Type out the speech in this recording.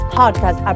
podcast